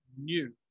new